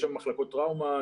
יש שם מחלקות טראומה,